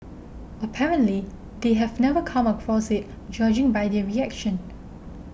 apparently they have never come across it judging by their reaction